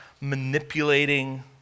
manipulating